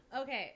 Okay